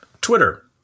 twitter